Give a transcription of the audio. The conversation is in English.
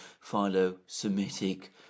philo-semitic